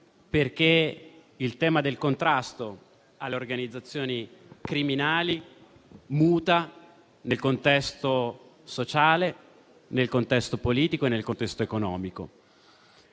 perché il tema del contrasto alle organizzazioni criminali muta nel contesto sociale, politico ed economico.